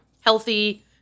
healthy